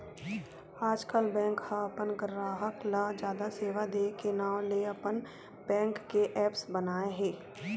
आजकल बेंक ह अपन गराहक ल जादा सेवा दे के नांव ले अपन बेंक के ऐप्स बनाए हे